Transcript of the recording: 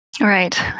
Right